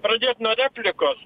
pradėt nuo replikos